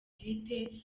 bwite